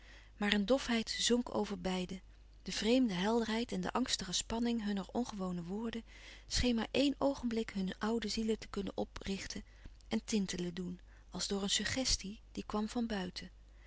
maar een dofheid zonk over beiden de vreemde helderheid en de angstige spanning hunner ongewone woorden scheen maar éen oogenblik hunne oude zielen te kunnen oprichten en tintelen doen als door een suggestie die kwam van buiten